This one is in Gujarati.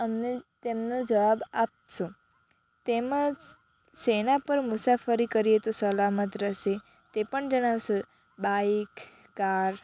અમને તેમનો જવાબ આપશો તેમાં શેના પર મુસાફરી કરીએ તો સલામત રેહશે તે પણ જણાવશો બાઈક કાર